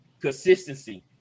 consistency